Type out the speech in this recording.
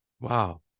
Wow